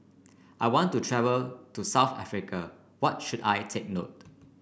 I want to travel to South Africa what should I take note